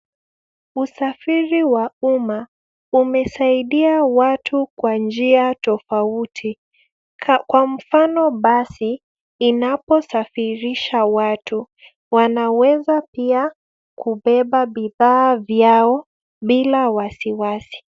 Usafiri wa umma umesaidia watu kwa njia tofauti. Kwa mfano basi inaposafirisha watu wanaweza pia kubeba bidhaa vyao bila wasiwasi.